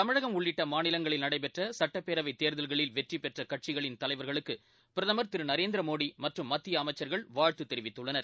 தமிழகம் உள்ளிட்ட மாநிலங்களில் நடைபெற்ற சுட்டப்பேரவைத் தேர்தல்களில் வெற்றி பெற்ற கட்சிகளின் தலைவர்களுக்கு பிரதமர் திரு நரேந்திர மோடி மற்றும் மத்திய அமைச்சர்கள் வாழ்த்து தெரிவித்துள்ளனர்